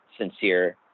sincere